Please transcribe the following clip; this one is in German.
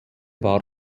war